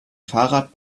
fahrrad